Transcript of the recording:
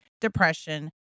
depression